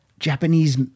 Japanese